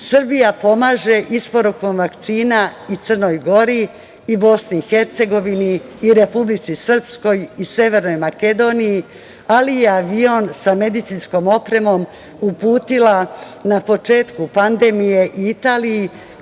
Srbija pomaže isporukom vakcina i Crnoj Gori i Bosni i Hercegovini i Republici Srpskoj i Severnoj Makedoniji ali je avion sa medicinskom opremom uputila na početku pandemije i Italiji